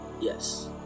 Yes